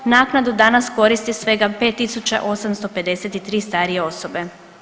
Naknadu danas koristi svega 5.853 starije osobe.